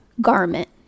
garment